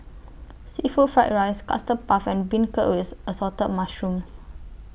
Seafood Fried Rice Custard Puff and Beancurd with Assorted Mushrooms